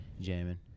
jamming